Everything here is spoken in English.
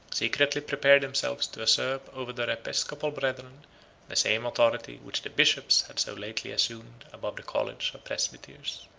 secretly prepared themselves to usurp over their episcopal brethren the same authority which the bishops had so lately assumed above the college of presbyters.